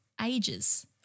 ages